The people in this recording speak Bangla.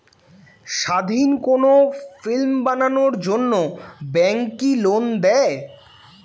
স্বাধীন কোনো ফিল্ম বানানোর জন্য ব্যাঙ্ক কি লোন দেয়?